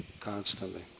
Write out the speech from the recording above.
constantly